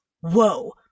Whoa